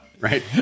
right